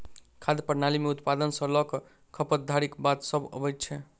खाद्य प्रणाली मे उत्पादन सॅ ल क खपत धरिक बात सभ अबैत छै